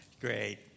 Great